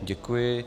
Děkuji.